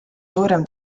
suurem